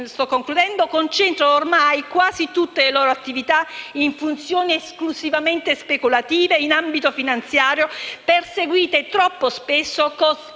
come noto, concentrano ormai quasi tutte le loro attività in funzioni esclusivamente speculative in ambito finanziario, perseguite troppo spesso con